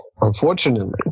unfortunately